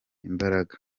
imbaraga